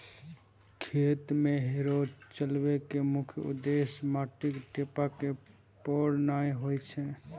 खेत मे हैरो चलबै के मुख्य उद्देश्य माटिक ढेपा के फोड़नाय होइ छै